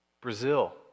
Brazil